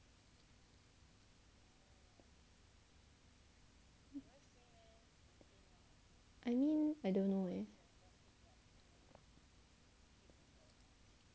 I mean I don't know leh